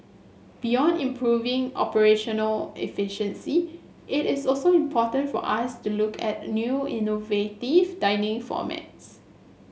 beyond improving operational efficiency it is also important for us to look at new innovative dining formats